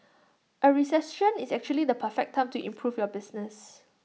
A recession is actually the perfect time to improve your business